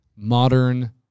modern